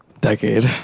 Decade